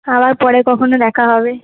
আবার পরে কখনো দেখা হবে